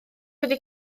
wedi